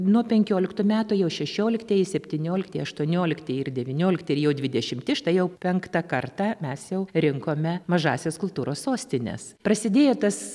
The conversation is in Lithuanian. nuo penkioliktų metų jau šešioliktieji septyniolikti aštuoniolikti ir devyniolikti ir jau dvidešimti štai jau penktą kartą mes jau rinkome mažąsias kultūros sostines prasidėjo tas